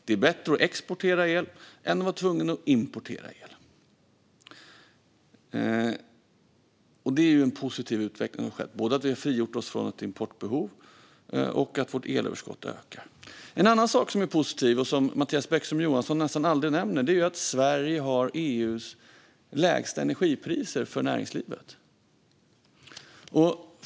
Det är bättre att exportera el än att vara tvungen att importera el. Det är en positiv utveckling som skett, både när det gäller att vi har frigjort oss från ett importbehov och när det gäller att vårt elöverskott ökar. En annan sak som är positiv och som Mattias Bäckström Johansson nästan aldrig nämner är att Sverige har EU:s lägsta energipriser för näringslivet.